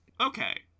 Okay